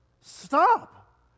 stop